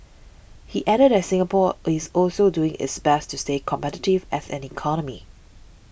he added that Singapore is also doing its best to stay competitive as an economy